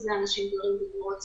כי אנשים גרים בדירות שכורות,